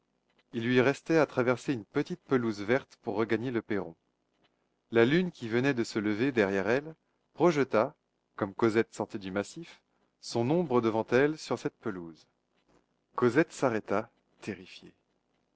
il lui restait à traverser une petite pelouse verte pour regagner le perron la lune qui venait de se lever derrière elle projeta comme cosette sortait du massif son ombre devant elle sur cette pelouse cosette s'arrêta terrifiée